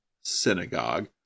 synagogue